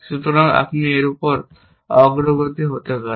সুতরাং আপনি এটি উপর অগ্রগতি হতে পারে